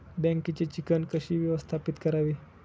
बँकेची चिकण कशी व्यवस्थापित करावी?